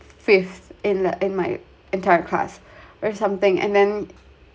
fifth in a in my entire class or something and then